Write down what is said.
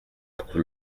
pour